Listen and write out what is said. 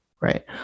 Right